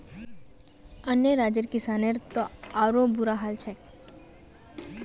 अन्य राज्यर किसानेर त आरोह बुरा हाल छेक